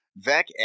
Vec